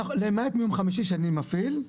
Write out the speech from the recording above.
למעט מיום חמישי שאני מפעיל.